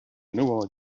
nõuavad